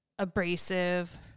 abrasive